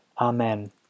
Amen